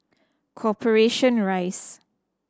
Corporation Rise